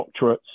doctorates